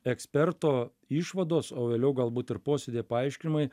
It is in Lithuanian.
eksperto išvados o vėliau galbūt ir posėdyje paaiškinimai